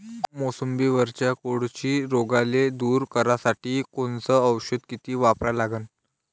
मोसंबीवरच्या कोळशी रोगाले दूर करासाठी कोनचं औषध किती वापरा लागन?